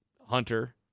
hunter